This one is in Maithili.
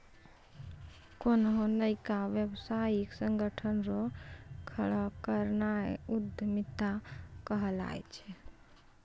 कोन्हो नयका व्यवसायिक संगठन रो खड़ो करनाय उद्यमिता कहलाय छै